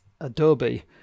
Adobe